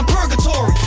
Purgatory